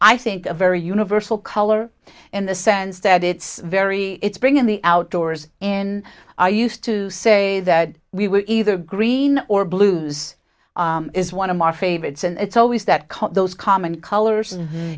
i think a very universal color in the sense that it's very it's bringing the outdoors in i used to say that we were either green or blues is one of our favorites and it's always that cut those common colors